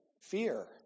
fear